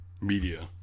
media